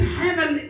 heaven